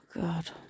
God